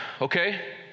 Okay